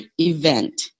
Event